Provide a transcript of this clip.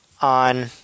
on